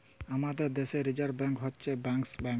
আমাদের দ্যাশে reserve bank হছে ব্যাংকার্স ব্যাংক